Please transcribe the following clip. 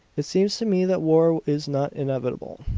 it seems to me that war is not inevitable.